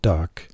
Dark